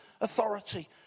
authority